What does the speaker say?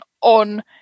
on